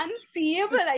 Unseeable